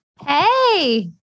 Hey